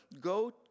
go